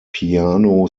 piano